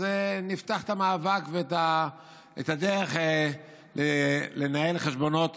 אז נפתח את המאבק ואת הדרך לנהל חשבונות